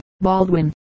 Baldwin